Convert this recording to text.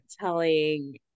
telling